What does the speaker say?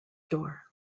door